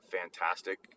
fantastic